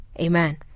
Amen